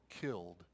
killed